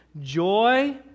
joy